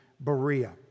Berea